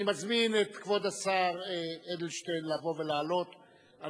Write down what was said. אני מזמין את כבוד השר אדלשטיין לבוא ולעלות על